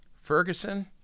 Ferguson